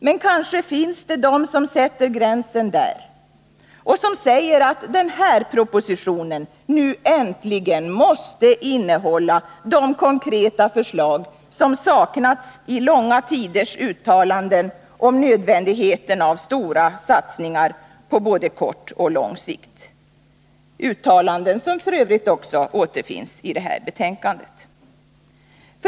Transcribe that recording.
Men kanske finns det de som sätter gränsen där och säger att den här propositionen nu äntligen måste innehålla de konkreta förslag som saknats i långa tiders uttalanden om nödvändigheten av stora satsningar på både kort och lång sikt — uttalanden som f. ö. också återfinns i utskottsbetänkandet.